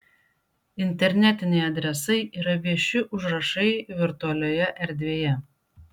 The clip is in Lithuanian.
internetiniai adresai yra vieši užrašai virtualioje erdvėje